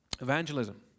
Evangelism